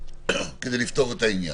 כדי לפתור את העניין.